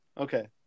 okay